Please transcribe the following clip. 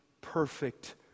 perfect